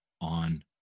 on